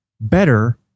better